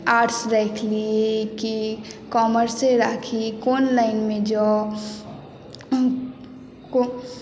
arts राखि ली कि कॉमर्से राखी कोन लाइनमे जाउ कोन